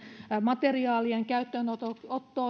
materiaalien käyttöönotosta